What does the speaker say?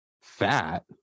fat